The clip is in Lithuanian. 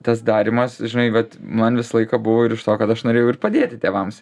tas darymas žinai vat man visą laiką buvo ir iš to kad aš norėjau ir padėti tėvams